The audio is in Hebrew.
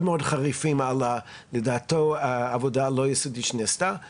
מאוד חריפים על עבודה לא יסודית שנעשתה לדעתו.